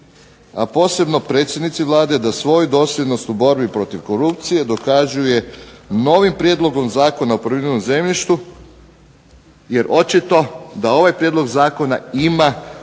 a posebno predsjednici Vlade da svoju dosljednost u borbi protiv korupcije dokazuje novim prijedlogom Zakona o poljoprivrednom zemljištu jer očito da ovaj prijedlog zakona ima